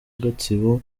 gatsibo